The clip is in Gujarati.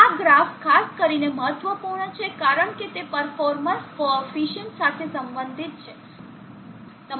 આ ગ્રાફ ખાસ કરીને મહત્વપૂર્ણ છે કારણ કે તે પર્ફોર્મન્સ કોફીસીઅન્ટ સાથે સંબંધિત છે